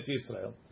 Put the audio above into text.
Israel